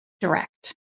direct